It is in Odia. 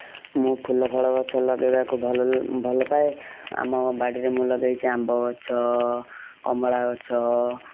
ମୁଁ ଫୁଲଫଳ ଗଛ ଲଗାଇବାକୁ ଭଲ ଭଲପାଏ ଆମ ବାଡ଼ିରେ ମୁଁ ଲଗାଇଛି ଆମ୍ବ ଗଛ କମଳା ଗଛ